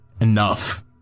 enough